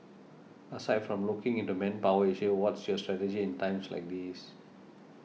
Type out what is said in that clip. aside from looking into manpower issue what's your strategy in times like these